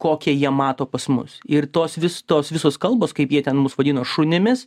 kokią jie mato pas mus ir tos vis tos visos kalbos kaip jie ten mus vadino šunimis